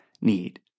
need